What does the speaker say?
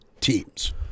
teams